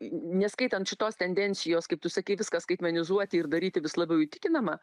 neskaitant šitos tendencijos kaip tu sakei viską skaitmenizuoti ir daryti vis labiau įtikinama